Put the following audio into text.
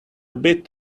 bit